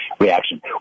reaction